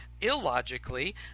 illogically